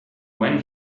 when